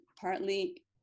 partly